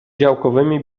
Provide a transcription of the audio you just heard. działkowymi